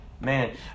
Man